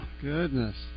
Goodness